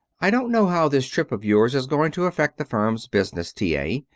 i don't know how this trip of yours is going to affect the firm's business, t. a.